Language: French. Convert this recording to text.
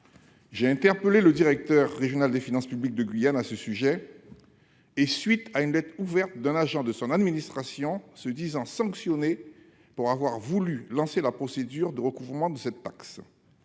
J'ai interpellé le directeur régional des finances publiques de Guyane sur ce sujet, à la suite d'une lettre ouverte d'un agent de son administration se disant sanctionné pour avoir voulu lancer la procédure de recouvrement de cette taxe.